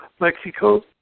Mexico